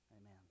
Amen